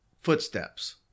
Footsteps